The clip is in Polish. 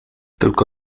tylko